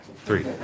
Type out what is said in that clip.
three